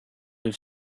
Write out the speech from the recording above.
have